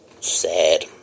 sad